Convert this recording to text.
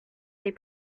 they